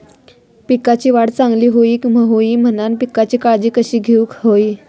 पिकाची वाढ चांगली होऊक होई म्हणान पिकाची काळजी कशी घेऊक होई?